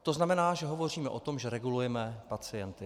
To znamená, že hovoříme o tom, že regulujeme pacienty.